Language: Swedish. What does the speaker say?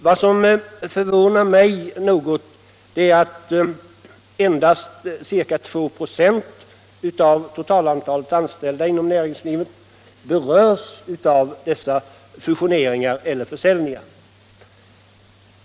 Vad som förvånar mig något är att endast ca 2 96 av totalantalet anställda inom näringslivet berördes av dessa fusioner eller försäljningar.